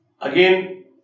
Again